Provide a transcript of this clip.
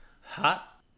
hot